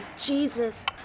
Jesus